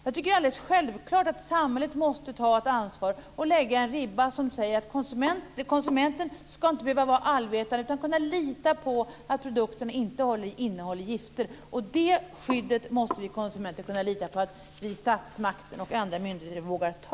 Jag tycker att det är alldeles självklart att samhället måste ta ett ansvar och lägga en ribba som säger att konsumenten inte ska behöva vara allvetare utan ska kunna lita på att produkterna inte innehåller gifter. Det ansvaret måste konsumenten kunna lita på att vi inom statsmakten och andra myndigheter vågar ta.